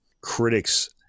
critics